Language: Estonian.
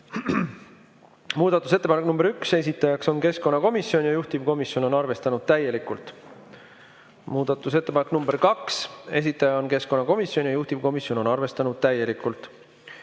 Muudatusettepanek nr 1, esitaja on keskkonnakomisjon ja juhtivkomisjon on arvestanud täielikult. Muudatusettepanek nr 2, esitaja on keskkonnakomisjon ja juhtivkomisjon on arvestanud täielikult.